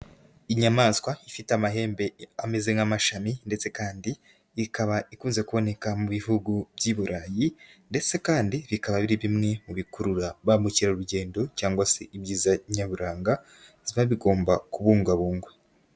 Inyamaswa ifite amahembe ameze nk'amashami ndetse kandi ikaba ikunze kuboneka mu bihugu by'i Burayi ndetse kandi bikaba biri bimwe mu bikurura ba mukerarugendo cyangwa se ibyiza nyaburanga biba bigomba kubungabungwa.